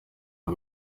ngo